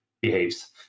behaves